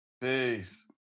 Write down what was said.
Peace